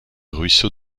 ruisseau